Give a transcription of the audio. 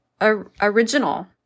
original